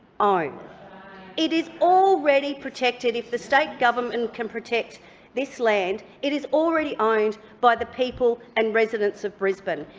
ah um it is already protected. if the state government can protect this land it is already owned by the people and residents of brisbane,